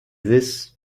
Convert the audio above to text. this